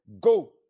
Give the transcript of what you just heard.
go